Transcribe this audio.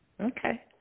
Okay